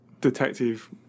detective